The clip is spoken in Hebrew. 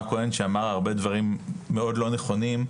כהן שאמר הרבה דברים מאוד לא נכונים,